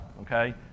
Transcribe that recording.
okay